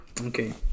okay